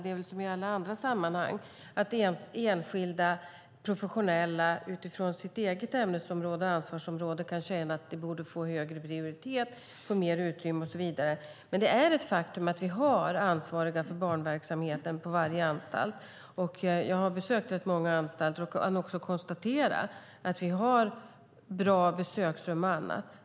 Det är väl som i alla andra sammanhang att man som professionell kan känna ett ens ämnes och ansvarsområde borde få högre prioritet och mer utrymme. Faktum är dock att vi har ansvariga för barnverksamheten på varje anstalt. Jag har besökt rätt många anstalter och kan konstatera att de har bra besöksrum och annat.